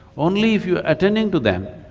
only if you're attending to them,